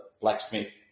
blacksmith